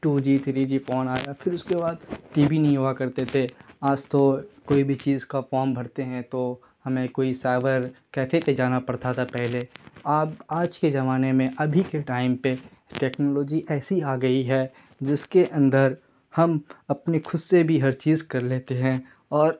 to G three G phone آیا پھر اس کے بعد ٹی وی نہیں ہوا کرتے تھے آج تو کوئی بھی چیز کا فام بھرتے ہیں تو ہمیں کوئی سائبر کیفے پہ جانا پڑتا تھا پہلے اب آج کے زمانے میں ابھی کے ٹائم پہ ٹیکنالوجی ایسی آ گئی ہے جس کے اندر ہم اپنے خود سے بھی ہر چیز کر لیتے ہیں اور